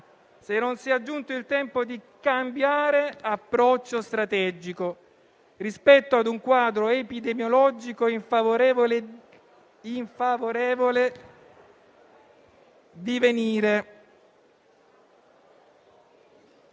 se non sia giunto il tempo di cambiare approccio strategico rispetto a un quadro epidemiologico in favorevole divenire,